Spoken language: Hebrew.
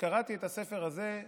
שכשקראתי את הספר הזה,